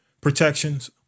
protections